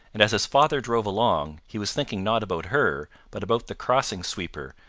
and as his father drove along, he was thinking not about her, but about the crossing-sweeper,